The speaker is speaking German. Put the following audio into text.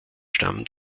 stamm